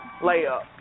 layup